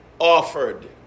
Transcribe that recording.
Offered